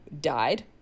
died